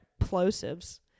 plosives